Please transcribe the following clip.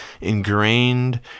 ingrained